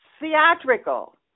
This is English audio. theatrical